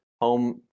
home